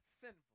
sinful